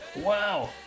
Wow